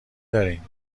دارین